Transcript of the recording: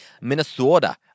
Minnesota